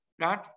right